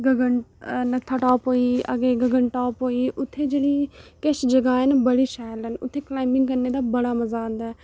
गगन नत्थ टाप होई गेई आगे गगन टाप होई गेई उत्थै जेह्ड़ी किश जगह् न बड़ी शैल न उत्थै क्लाइमिंग करने दा बड़ा मता आंदा ऐ